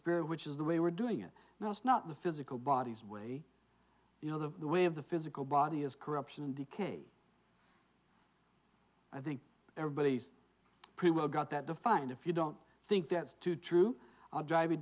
spirit which is the way we're doing it now is not the physical bodies way you know the way of the physical body is corruption and decay i think everybody's pretty well got that defined if you don't think that's too true or drive